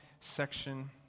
section